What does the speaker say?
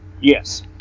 Yes